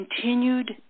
continued